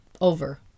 over